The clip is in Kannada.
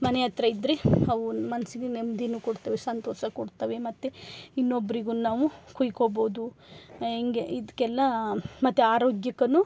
ಮನೆ ಹತ್ರ ಇದ್ರೆ ಅವು ಮನ್ಸಿಗೆ ನೆಮ್ದಿ ಕೊಡ್ತವೆ ಸಂತೋಷ ಕೊಡ್ತವೆ ಮತ್ತು ಇನ್ನೊಬ್ರಿಗು ನಾವು ಕುಯ್ಕೊಬೋದು ಹಿಂಗೆ ಇದ್ಕೆಲ್ಲಾ ಮತ್ತು ಆರೋಗ್ಯಕ್ಕು